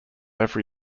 every